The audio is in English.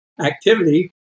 activity